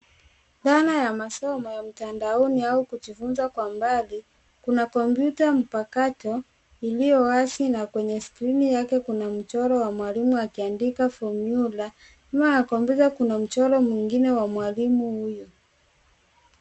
Dhana ya masomo ya mtandaoni au kujifunza kwa mbali. Kuna kompyuta mpakato iliyo wazi na kwenye skrini yake kuna mchoro wa mwalimu akiandika fomyula. Nyuma ya kompyuta kuna mchoro mwingine wa mwalimu huyo.